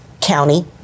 county